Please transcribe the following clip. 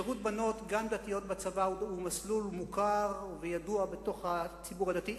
שירות בנות גם דתיות בצבא הוא מסלול מוכר וידוע בתוך הציבור הדתי,